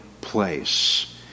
place